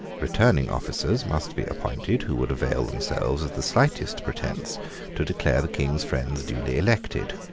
returning officers must be appointed who would avail themselves of the slightest pretence to declare the king's friends duly elected.